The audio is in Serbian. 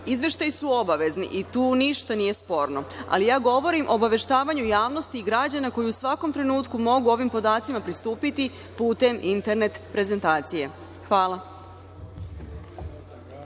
Izveštaji su obavezni i tu ništa nije sporno, ali ja govorim o izveštavanju javnosti i građana koji u svakom trenutku mogu ovim podacima pristupiti putem internet prezentacije. Hvala.